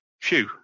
Phew